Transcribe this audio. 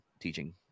teaching